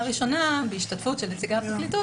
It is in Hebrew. הראשונה בהשתתפות נציגי הפרקליטות,